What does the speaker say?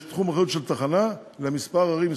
יש תחום אחריות של תחנה לכמה ערים,